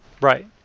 Right